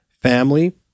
family